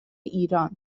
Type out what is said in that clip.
ایران